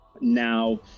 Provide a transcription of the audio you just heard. Now